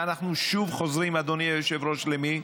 ואנחנו שוב חוזרים אדוני היושב-ראש, למי?